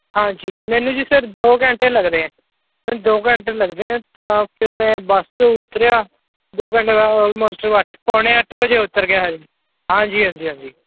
ਹਾਂਜੀ ਮੈਨੂੰ ਜੀ ਸਰ ਦੋ ਘੰਟੇ ਲੱਗਦੇ ਹੈ ਸਿਰਫ ਦੋ ਘੰਟੇ ਲੱਗਦੇ ਹੈ ਤਾਂ ਫਿਰ ਮੈਂ ਬੱਸ ਤੋਂ ਉਤਰਿਆ ਦੋ ਘੰਟੇ ਮੈਂ ਓਲਮੋਸਟ ਮੈਂ ਪੌਣੇ ਅੱਠ ਵਜੇ ਉਤਰ ਗਿਆ ਹਜੇ ਹਾਂਜੀ ਹਾਂਜੀ ਹਾਂਜੀ